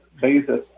basis